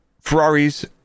Ferraris